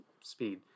speed